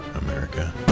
America